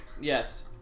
Yes